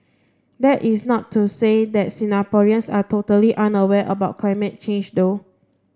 that is not to say that Singaporeans are totally unaware about climate change though